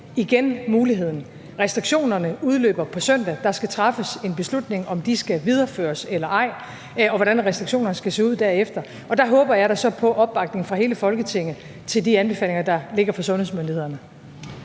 igen muligheden. Restriktionerne udløber på søndag, og der skal træffes en beslutning om, om de skal videreføres eller ej, og hvordan restriktionerne skal se ud derefter. Og der håber jeg da på opbakning fra hele Folketinget til de anbefalinger, der ligger fra sundhedsmyndighederne.